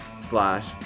slash